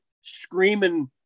screaming